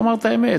הוא אמר את האמת,